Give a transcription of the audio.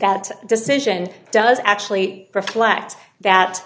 that decision does actually reflect that